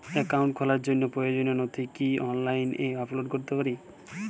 Account খোলার জন্য প্রয়োজনীয় নথি কি আমি অনলাইনে আপলোড করতে পারি?